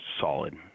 solid